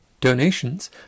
Donations